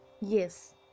Yes